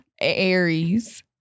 Aries